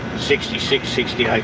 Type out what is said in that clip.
sixty six, sixty like